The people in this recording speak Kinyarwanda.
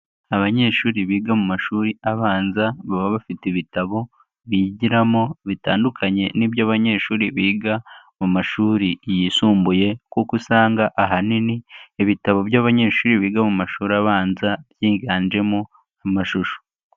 Abanyeshuri biga mu mashuri abanza, baba bafite ibitabo, bigiramo bitandukanye n' ibyo abanyeshuri biga mu mashuri yisumbuye kuko usanga ahanini, ibitabo by'abanyeshuri biga mu mashuri abanza, byiganjemo amashusho.